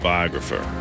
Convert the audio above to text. Biographer